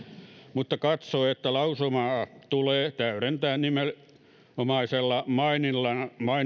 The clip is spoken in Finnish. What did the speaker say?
mutta katsoo että lausumaa tulee täydentää nimenomaisella maininnalla